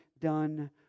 done